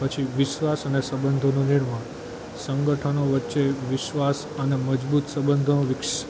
પછી વિશ્વાસ અને સંબંધનું નિર્માણ સંગઠનો વચ્ચે વિશ્વાસ અને મજબૂત સંબંધો વિકસ